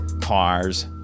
cars